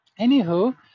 Anywho